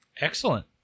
Excellent